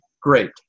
great